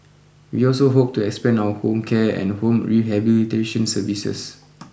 we also hope to expand our home care and home rehabilitation services